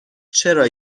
چرا